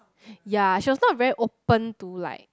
ya she was not very open to like